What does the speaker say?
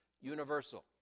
universal